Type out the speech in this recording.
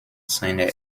seiner